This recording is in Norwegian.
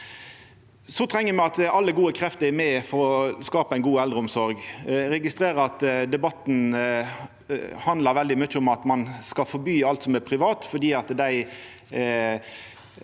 Me treng òg at alle gode krefter er med for å skapa ei god eldreomsorg. Eg registrerer at debatten handlar veldig mykje om at ein skal forby alt som er privat fordi dei